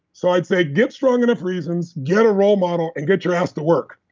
so i'd say get strong enough reasons, get a role model and get your ass to work